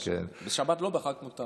בשבת לא, בחג מותר.